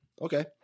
Okay